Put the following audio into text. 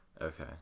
Okay